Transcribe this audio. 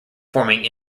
forming